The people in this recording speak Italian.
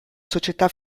società